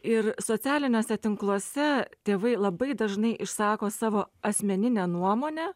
ir socialiniuose tinkluose tėvai labai dažnai išsako savo asmeninę nuomonę